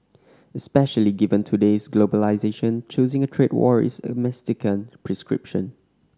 especially given today's globalisation choosing a trade war is a mistaken prescription